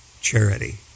charity